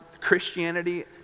Christianity